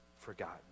forgotten